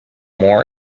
more